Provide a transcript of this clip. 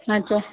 अच्छा